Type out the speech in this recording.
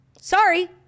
Sorry